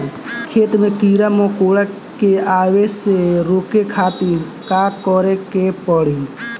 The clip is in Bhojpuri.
खेत मे कीड़ा मकोरा के आवे से रोके खातिर का करे के पड़ी?